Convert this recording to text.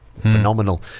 phenomenal